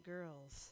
Girls